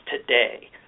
today